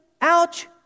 ouch